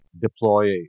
deploy